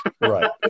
Right